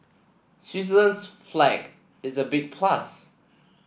Switzerland's flag is a big plus